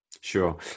Sure